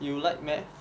you like math